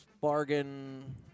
Bargain